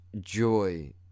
joy